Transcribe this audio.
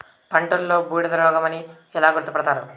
పంటలో బూడిద రోగమని ఎలా గుర్తుపడతారు?